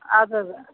اَدٕ حظ